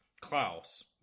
klaus